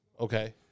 Okay